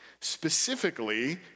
specifically